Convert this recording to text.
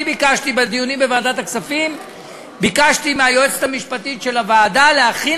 ביקשתי בדיונים בוועדת הכספים מהיועצת המשפטית של הוועדה להכין